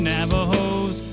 Navajos